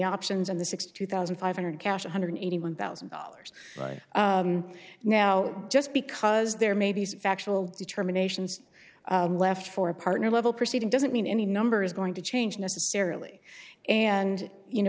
options and the sixty two thousand five hundred dollars cash one hundred and eighty one thousand dollars right now just because there may be some factual determinations left for a partner level proceeding doesn't mean any number is going to change necessarily and you know